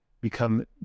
become